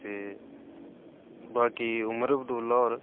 ते बाकी उमर अब्दुल्ला होर